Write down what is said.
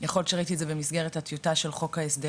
יכול להיות שראיתי את זה במסגרת הטיוטה של חוק ההסדרים,